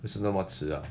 不是那么迟啊